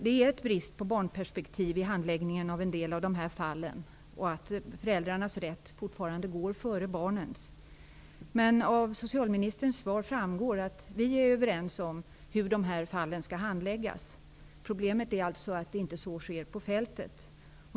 Det finns en brist på barnperspektiv i handläggningen av en del fall, och föräldrarnas rätt går fortfarande före barnens rätt. Av socialministerns svar framgår att vi är överens om hur de här fallen skall handläggas. Problemet är att så inte sker ute på fältet.